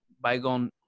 bygone